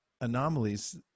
anomalies